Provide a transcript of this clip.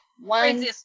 One